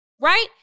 right